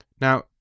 Now